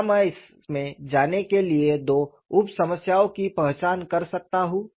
क्या मैं इसमें जाने के लिए दो उप समस्याओं की पहचान कर सकता हूं